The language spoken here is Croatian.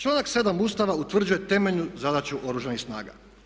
Članak 7. Ustava utvrđuje temeljnu zadaću Oružanih snaga.